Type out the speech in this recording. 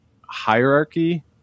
hierarchy